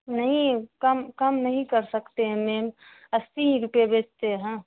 نہیں کم کم نہیں کر سکتے ہیں میم اسی ہی روپئے بیچتے ہیں